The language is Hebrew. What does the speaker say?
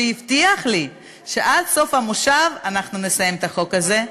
שהבטיח לי שעד סוף המושב אנחנו נסיים את החוק הזה.